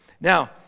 Now